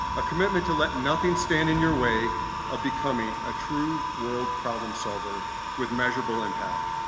a commitment to let nothing stand in your way of becoming a true world problem solver with measurable impact.